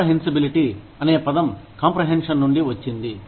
comprehensibility అనే పదం comprehension నుండి వచ్చింది